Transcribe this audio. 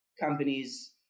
companies